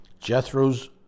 Jethro's